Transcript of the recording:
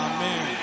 Amen